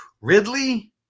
Ridley